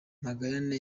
magayane